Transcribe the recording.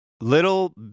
Little